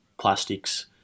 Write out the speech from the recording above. plastics